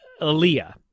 Aaliyah